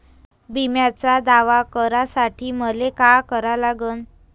बिम्याचा दावा करा साठी मले का करा लागन?